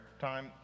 time